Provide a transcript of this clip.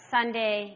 Sunday